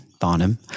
barnum